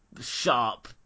sharp